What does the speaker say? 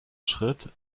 schritt